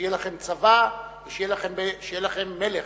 שיהיה לכם צבא ושיהיה לכם מלך.